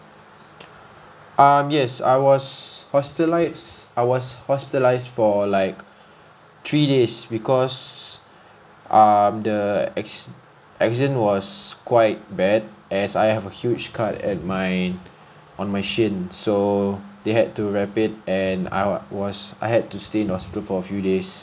um yes I was hospitalised I was hospitalised for like three days because um the acc~ accident was quite bad as I have a huge cut at my on my chin so they had to wrap it and I was I had to stay in the hospital for a few days